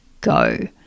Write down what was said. go